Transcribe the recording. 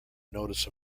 notice